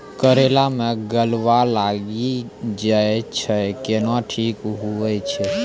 करेला मे गलवा लागी जे छ कैनो ठीक हुई छै?